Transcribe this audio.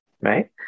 right